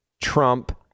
Trump